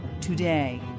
today